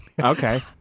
Okay